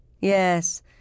Yes